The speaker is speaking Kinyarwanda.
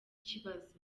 ikibazo